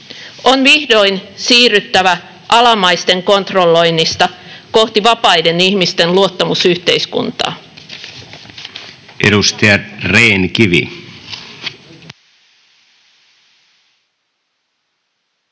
On vihdoin siirryttävä alamaisten kontrolloinnista kohti vapaiden ihmisten luottamusyhteiskuntaa.